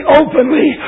openly